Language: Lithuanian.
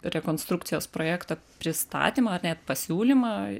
rekonstrukcijos projekto pristatymą ar net pasiūlymą